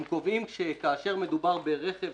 הם קובעים שכאשר מדובר רכב